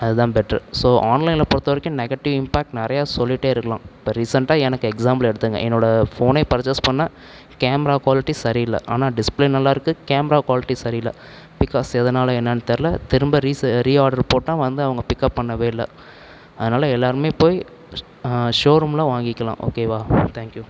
அது தான் பெட்ரு ஸோ ஆன்லைனில் பொறுத்த வரைக்கும் நெகட்டிவ் இம்பேக்ட் நிறைய சொல்லிகிட்டே இருக்கலாம் ரீசெண்டாக எனக்கு எக்ஸாம்பிள் எடுத்துக்கோங்க என்னோடய ஃபோனே பர்ச்சஸ் பண்ணிணேன் கேமரா குவாலிட்டி சரி இல்லை ஆனால் டிஸ்பிளே நல்லா இருக்குது கேமரா குவாலிட்டி சரியில்ல பிக்காஸ் எதனால் என்னனு தெரில திரும்ப ரி சா ரீ ஆர்டரு போட்டேன் அவங்க வந்து பிக்கப் பண்ணவே இல்லை அதனால எல்லோருமே போயி ஷோ ரூமில் வாங்கிக்கலாம் ஓகேவா தேங்க்யூ